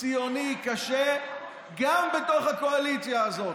ציוני קשה גם בתוך הקואליציה הזאת,